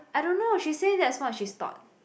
I don't know she say that's what she's taught